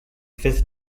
fifth